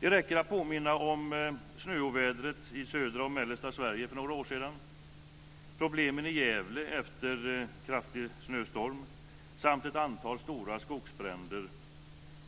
Det räcker att påminna om snöovädret i södra och mellersta Sverige för några år sedan, problemen i Gävle efter den kraftiga snöstormen samt ett antal stora skogsbränder